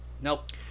Nope